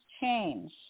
change